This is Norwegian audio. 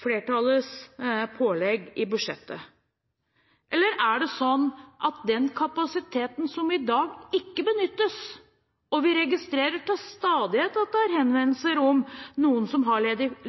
flertallets pålegg i budsjettet? Eller er det sånn at den kapasiteten som i dag ikke benyttes – og vi registrerer at det til stadighet er henvendelser om hvorvidt det er noen som har